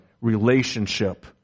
relationship